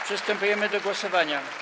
Przystępujemy do głosowania.